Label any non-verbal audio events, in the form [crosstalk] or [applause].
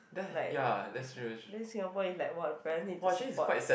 like [noise] then Singapore is like !wah! parent need to support